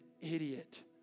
idiot